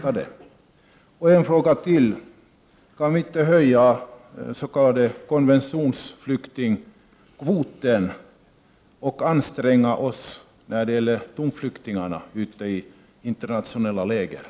Är det inte möjligt för oss i Sverige att höja den s.k. konventionsflyktingkvoten och anstränga oss när det gäller flyktingarna ute i de internationella lägren?